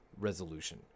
resolution